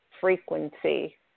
frequency